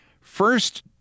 First